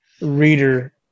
reader